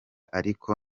ariko